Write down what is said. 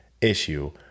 issue